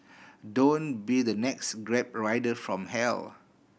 don't be the next Grab rider from hell